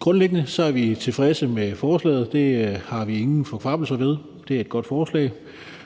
grundlæggende er vi tilfredse med forslaget. Det har vi ingen kvababbelser over; det er et godt forslag.